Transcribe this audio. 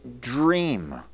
dream